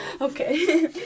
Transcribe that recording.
Okay